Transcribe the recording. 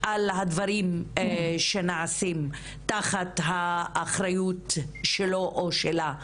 על הדברים שנעשים תחת אחריותו או אחריותה.